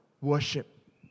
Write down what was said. worship